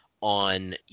on